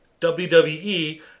WWE